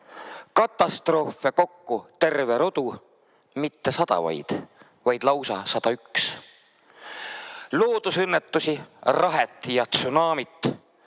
Katastroofe kokku terve rodu mitte sada, vaid lausa 101. Loodusõnnetusi, rahet ja tsunamit